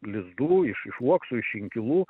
lizdų iš iš uoksų iš inkilų